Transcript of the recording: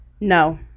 No